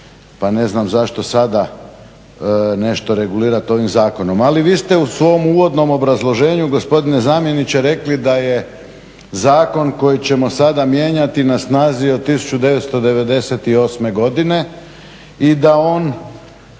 pa ne znam zašto sada nešto regulirati ovim zakonom. Ali vi ste u svom uvodnom obrazloženju gospodine zamjeniče rekli da je zakon koji ćemo sada mijenjati na snazi od 1998.godine i da on